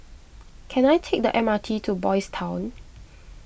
can I take the M R T to Boys' Town